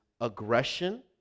aggression